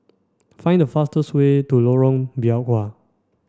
find the fastest way to Lorong Biawak